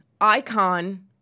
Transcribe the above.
icon